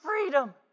freedom